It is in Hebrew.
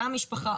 אותה משפחה,